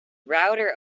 router